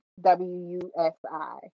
W-U-S-I